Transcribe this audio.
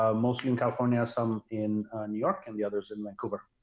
ah mostly in california, some in new york and the others in vancouver.